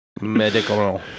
Medical